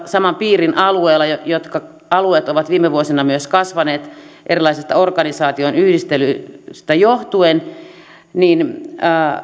saman piirin alueilla jotka alueet ovat viime vuosina myös kasvaneet erilaisista organisaatioiden yhdistelyistä johtuen